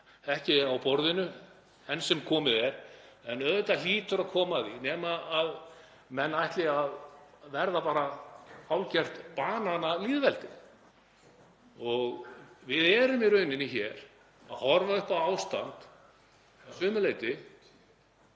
ekki á borðinu enn sem komið er en auðvitað hlýtur að koma að því nema að menn ætli að verða hálfgert bananalýðveldi. Við erum í raun að horfa hér upp á ástand, að sumu leyti,